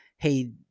hey